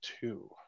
two